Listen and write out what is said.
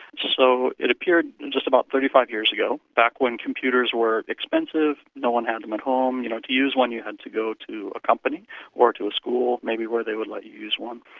so it appeared just about thirty five years ago, back when computers were expensive, no one had them at home. you know to use one you had to go to a company or to school maybe where they would let you use one,